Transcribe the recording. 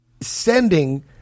sending